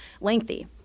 lengthy